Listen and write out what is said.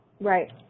Right